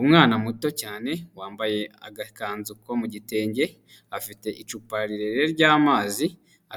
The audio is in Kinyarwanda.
Umwana muto cyane wambaye agakanzu ko mu gitenge, afite icupa rirerire ry'amazi,